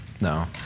No